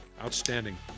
Outstanding